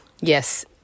Yes